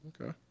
Okay